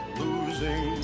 losing